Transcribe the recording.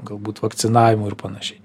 galbūt vakcinavimo ir panašiai